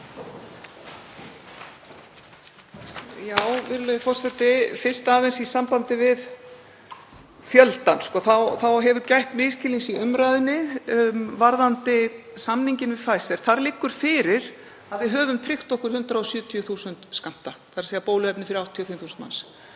Virðulegur forseti. Fyrst aðeins í sambandi við fjöldann, þá hefur gætt misskilnings í umræðunni varðandi samninginn við Pfizer. Þar liggur fyrir að við höfum tryggt okkur 170.000 skammta, þ.e. bóluefni fyrir 85.000 manns.